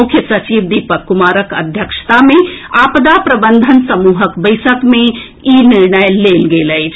मुख्य सचिव दीपक कुमारक अध्यक्षता मे आपदा प्रबंधन समूहक बैसक मे ई निर्णय लेल गेल अछि